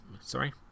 sorry